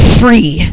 free